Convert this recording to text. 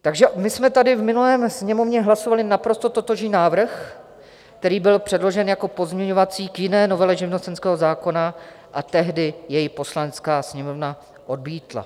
Takže my jsme v minulé Sněmovně hlasovali naprosto totožný návrh, který byl předložen jako pozměňovací k jiné novele živnostenského zákona, a tehdy jej Poslanecká sněmovna odmítla.